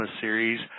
series